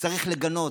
צריך לגנות,